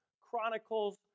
Chronicles